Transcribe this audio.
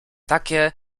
takie